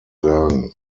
sagen